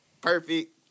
perfect